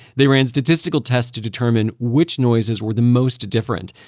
they ran statistical tests to determine which noises were the most different.